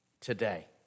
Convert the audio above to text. today